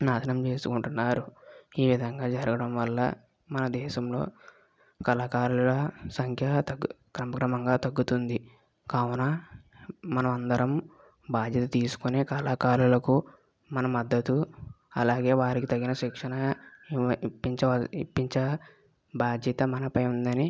నాశనం చేసుకుంటున్నారు ఈ విధంగా జరగడం వల్ల మన దేశంలో కళాకారుల సంఖ్య తగ్గు క్రమ క్రమంగా తగ్గుతుంది కావున మనం అందరం బాధ్యత తీసుకొని కళాకారులకు మన మద్దతు అలాగే వారికి తగిన శిక్షణ ఇప్పించవల ఇప్పించే బాధ్యత మన పై ఉందని